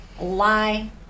lie